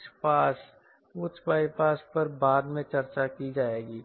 उच्च पास अनुपात पर बाद में चर्चा की जाएगी